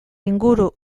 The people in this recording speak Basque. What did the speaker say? inguru